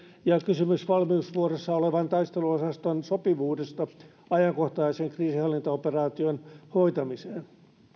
ja kysymys valmiusvuorossa olevan taisteluosaston sopivuudesta ajankohtaisen kriisinhallintaoperaation hoitamiseen